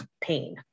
pain